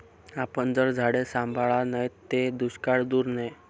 आपन जर झाडे सांभाळा नैत ते दुष्काळ दूर नै